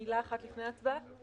מילה אחת לפני ההצבעה.